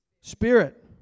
spirit